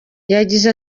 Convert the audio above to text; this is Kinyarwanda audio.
yagize